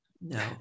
No